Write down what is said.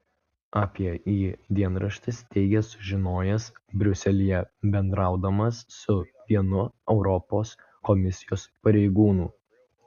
apie jį dienraštis teigia sužinojęs briuselyje bendraudamas su vienu europos komisijos pareigūnu